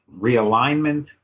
realignment